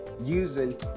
using